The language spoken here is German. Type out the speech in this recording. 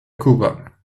cuba